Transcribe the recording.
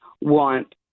want